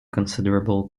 considerable